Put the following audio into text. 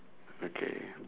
okay